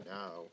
now